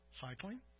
cycling